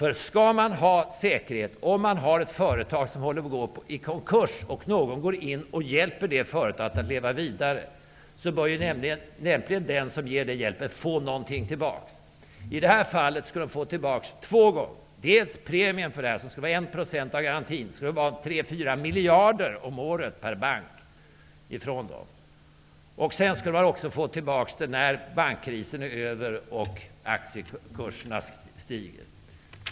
Om man skall ha säkerhet, om man har ett företag som håller på att gå i konkurs, och någon går in och hjälper det företaget att leva vidare, bör lämpligen den som ger den hjälpen få något tillbaka. I detta fall skulle man få tillbaka två gånger. Först skulle man få premien för detta, som skall vara 1 % av garantin, dvs. 3--4 miljarder om året per bank. Sedan skulle man också få tillbaka det när bankkrisen är över och aktiekurserna stiger.